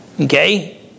Okay